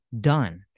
done